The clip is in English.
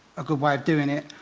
a good way of doing it.